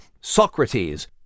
Socrates